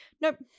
nope